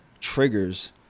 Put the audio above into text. triggers